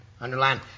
Underline